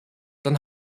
dann